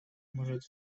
может